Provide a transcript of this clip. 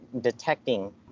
detecting